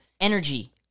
energy